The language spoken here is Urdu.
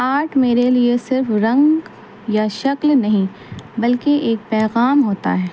آرٹ میرے لیے صرف رنگ یا شکل نہیں بلکہ ایک پیغام ہوتا ہے